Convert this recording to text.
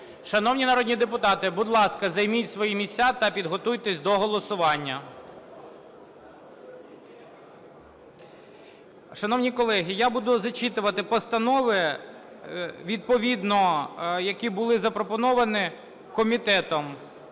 Шановні народні депутати, будь ласка, займіть свої місця та підготуйтесь до голосування. Шановні колеги, я буду зачитувати постанови, відповідно які були запропоновані Комітетом